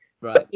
Right